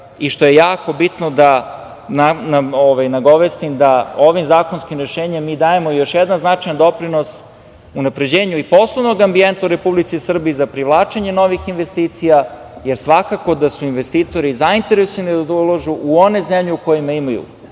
i što je jako bitno da nagovestim da ovim zakonskim rešenjem mi dajemo još jedan značajan doprinos unapređenju i poslovnog ambijenta u Republici Srbiji za privlačenje novih investicija, jer svakako da su investitori zainteresovani da ulažu u one zemlje u kojima imaju